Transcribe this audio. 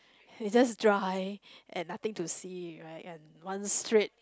is just dry and nothing to see right one straight